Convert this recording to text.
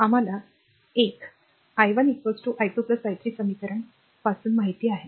आणि आम्हाला 1 i1 i2 i3 समीकरण पासून माहित आहे